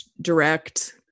direct